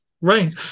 Right